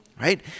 right